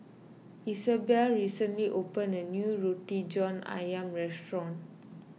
Isabel recently opened a new Roti John Ayam Restaurant